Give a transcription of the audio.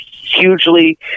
hugely